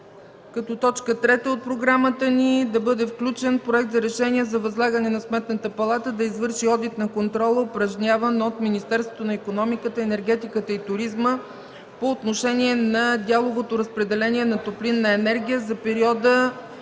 като точка трета от програмата ни да бъде включен Проект за решение за възлагане на Сметната палата да извърши одит на контрола, упражняван от Министерството на икономиката, енергетиката и туризма, по отношение на дяловото разпределение на топлинна енергия за периода